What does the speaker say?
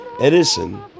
Edison